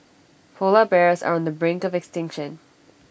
Polar Bears are on the brink of extinction